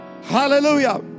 Hallelujah